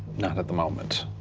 not at the moment.